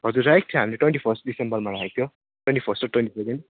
हजुर राखेको थियो हामीले ट्वेन्टी फर्स्ट डिसेम्बरमा राखेको थियो ट्वेन्टी फर्स्ट र ट्वेन्टी सेकेन्ड